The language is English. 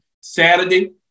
Saturday